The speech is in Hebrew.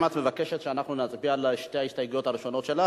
האם את מבקשת שאנחנו נצביע על שתי ההסתייגויות הראשונות שלך,